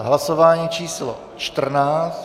Hlasování číslo 14.